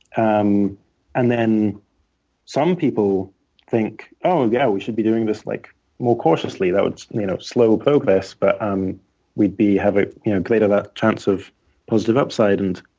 um and then some people think, oh yeah, we should be doing this like more cautiously. that would you know slow progress, but um we'd be having a greater chance of positive upside and